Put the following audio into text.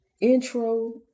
intro